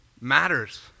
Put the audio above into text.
matters